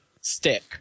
STICK